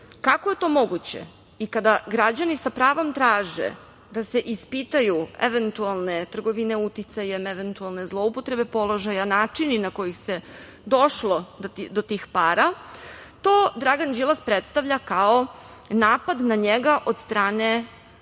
kako je to moguće i kada građani sa pravom traže da se ispitaju eventualne trgovine uticajem, eventualne zloupotrebe položaja, načini na koje se došlo do tih para, to Dragan Đilas predstavlja kao napad na njega od strane